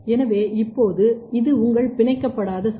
எனவே இப்போது இது உங்கள் பிணைக்கப்படாத சோதி